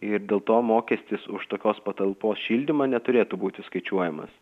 ir dėl to mokestis už tokios patalpos šildymą neturėtų būti skaičiuojamas